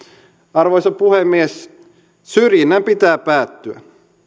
arvoisa puhemies syrjinnän pitää päättyä